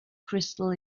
crystal